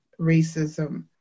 racism